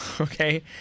okay